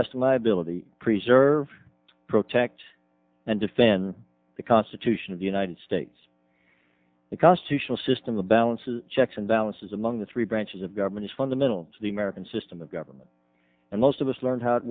my ability preserve protect and defend the constitution of the united states the constitutional system of balances checks and balances among the three branches of government is fundamental to the american system of government and most of us learn how it